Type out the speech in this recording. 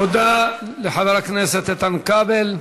תודה לחבר הכנסת איתן כבל.